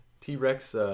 T-Rex